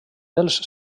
dels